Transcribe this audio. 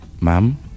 Ma'am